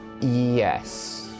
Yes